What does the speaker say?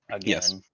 Yes